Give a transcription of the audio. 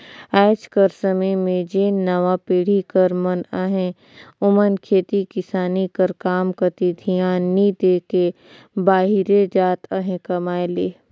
आएज कर समे में जेन नावा पीढ़ी कर मन अहें ओमन खेती किसानी कर काम कती धियान नी दे के बाहिरे जात अहें कमाए ले